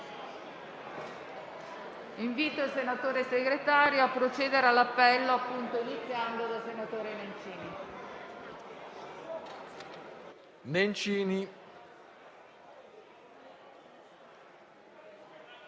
Invito il senatore Segretario a procedere all'appello, iniziando dal senatore Nencini.